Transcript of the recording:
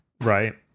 right